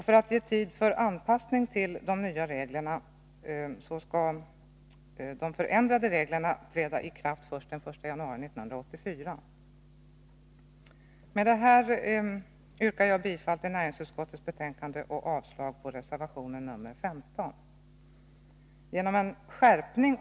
För att ge tid för anpassning till de nya reglerna skall de träda i kraft först den 1 januari 1984. Med det här sagda yrkar jag bifall till hemställan i näringsutskottets betänkande och avslag på reservationen nr 15.